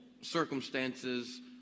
circumstances